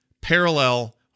parallel